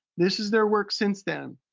this is their work since then.